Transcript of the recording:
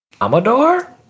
Amador